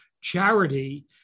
charity